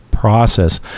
Process